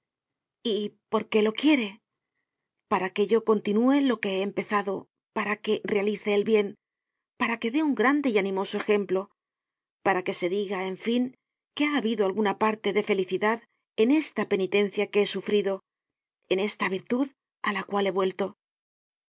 dios ypor qué lo quiere para que yo continúe lo que he empezado para que realice el bien para que dé un grande y animoso ejemplo para que se diga en fin que ha habido alguna parte de felicidad en esta penitencia que he sufrido en esta virtud á la cual he vuelto